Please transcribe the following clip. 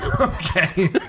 Okay